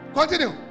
Continue